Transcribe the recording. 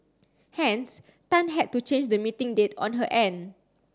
hence Tan had to change the meeting date on her end